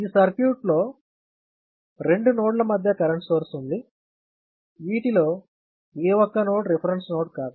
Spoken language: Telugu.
ఈ సర్క్యూట్ లో రెండు నోడ్ల మధ్య కరెంట్ సోర్స్ ఉంది వీటిలో ఏ ఒక్క నోడ్ రెఫరెన్స్ నోడ్ కాదు